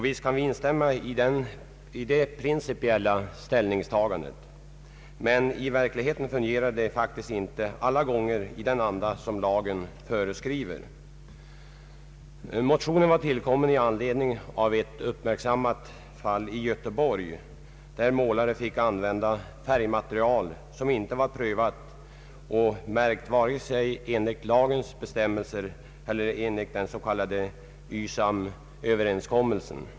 Visst kan vi instämma i det principiella ställningstagandet, men i verkligheten fungerar det faktiskt inte alla gånger i den anda som lagen föreskriver. Motionen var tillkommen i anledning av ett uppmärksammat fall i Göteborg, där målare fick använda färgmaterial som inte var prövat och märkt vare sig enligt lagens bestämmelser eller enligt den så kallade YSAM-överenskommel planeringen sen.